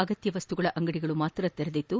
ಅಗತ್ಯ ವಸ್ತುಗಳ ಅಂಗಡಿಗಳು ಮಾತ್ರ ತೆರೆದಿದ್ದು